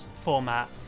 format